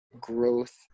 growth